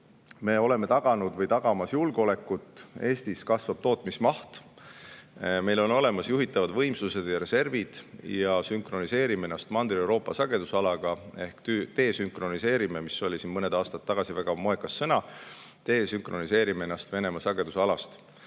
me oleme taganud või tagamas julgeolekut, Eestis kasvab tootmismaht, meil on olemas juhitavad võimsused ja reservid ning me sünkroniseerime ennast Mandri-Euroopa sagedusalaga ehk desünkroniseerime – see oli veel mõned aastad tagasi väga moekas sõna – ennast Venemaa